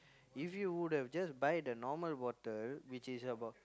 if you would have just buy the normal bottle which is about